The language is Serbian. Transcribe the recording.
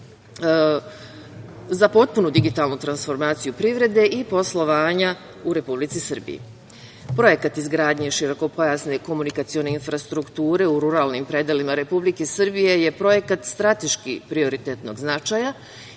za potpunu digitalnu transformaciju privrede i poslovanja u Republici Srbiji. Projekat izgradnje širokopojasne komunikacione infrastrukture u ruralnim predelima Republike Srbije je projekat strateški prioritetnog značaja,